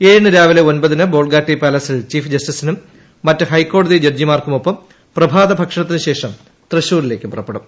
ഏഴിന് രാവിലെ ഒൻപതിന് ബോൾഗാട്ടി പാലസിൽ ചീഫ് ജസ്റ്റിസിനും മറ്റ് ഹൈക്കോടതി ജഡ്ജിമാർക്കുമൊപ്പം പ്രഭാതഭക്ഷണത്തിനു ശേഷം തൃശൂരിലേക്ക് പുറപ്പെടും